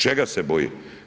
Čega se boje?